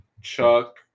Chuck